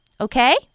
Okay